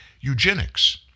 Eugenics